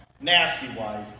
nasty-wise